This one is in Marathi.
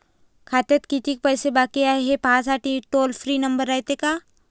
खात्यात कितीक पैसे बाकी हाय, हे पाहासाठी टोल फ्री नंबर रायते का?